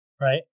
Right